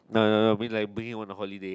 bring like bring him on a holiday